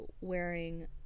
wearing